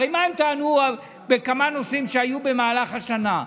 הרי מה הם טענו בכמה נושאים שהיו במהלך השנה?